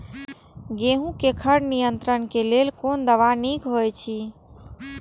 गेहूँ क खर नियंत्रण क लेल कोन दवा निक होयत अछि?